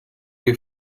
you